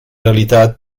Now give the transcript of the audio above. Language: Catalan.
realitat